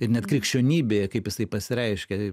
ir net krikščionybėje kaip jisai pasireiškia